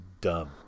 dumb